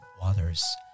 waters